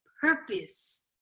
purpose